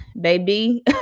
baby